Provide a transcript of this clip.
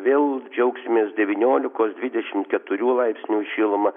vėl džiaugsimės devyniolikos dvidešim keturių laipsnių šiluma